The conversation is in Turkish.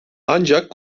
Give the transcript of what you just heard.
ancak